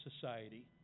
society